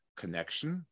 connection